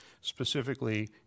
Specifically